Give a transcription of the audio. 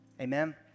Amen